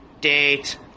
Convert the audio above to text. date